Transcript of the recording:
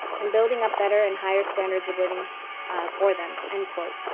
and building up better and higher standards of living for them, end quote.